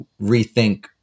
rethink